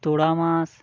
তোড়া মাছ